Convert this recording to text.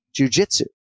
jujitsu